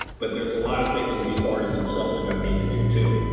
but there's a lot of things that the authorities themselves are gonna need to do too.